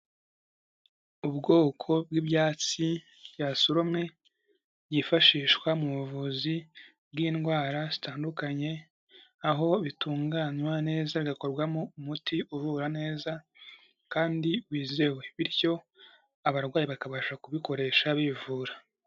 Ubwoko bw'ibyatsi byasoromwe byifashishwa mu buvuzi bw'indwara zitandukanye, aho bitunganywa neza bigakorwamo umuti uvura neza kandi wizewe, bityo abarwayi bakabasha kubikoresha bivura.